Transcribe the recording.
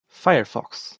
firefox